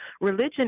religion